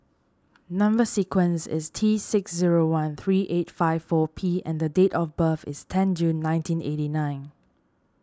Number Sequence is T six zero one three eight five four P and the date of birth is ten June nineteen eighty nine